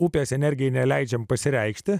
upės energijai neleidžiame pasireikšti